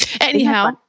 Anyhow